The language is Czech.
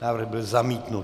Návrh byl zamítnut.